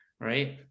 right